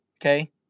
okay